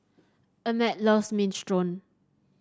Emmet loves Minestrone